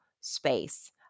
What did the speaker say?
space